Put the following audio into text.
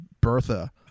Bertha